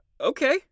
okay